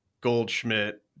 Goldschmidt